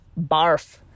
barf